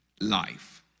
life